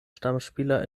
stammspieler